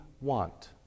want